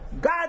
God